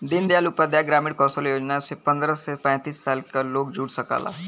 दीन दयाल उपाध्याय ग्रामीण कौशल योजना से पंद्रह से पैतींस साल क लोग जुड़ सकला